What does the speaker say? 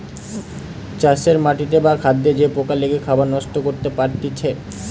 চাষের মাটিতে বা খাদ্যে যে পোকা লেগে খাবার নষ্ট করতে পারতিছে